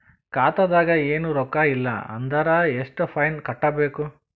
ಖಾತಾದಾಗ ಏನು ರೊಕ್ಕ ಇಲ್ಲ ಅಂದರ ಎಷ್ಟ ಫೈನ್ ಕಟ್ಟಬೇಕು?